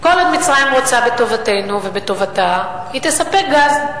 כל עוד מצרים רוצה בטובתנו ובטובתה, היא תספק גז,